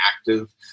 active